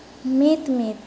ᱢᱤᱫ ᱢᱤᱫ